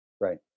Right